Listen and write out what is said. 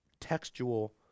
textual